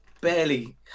Barely